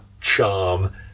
charm